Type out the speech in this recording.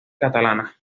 catalanas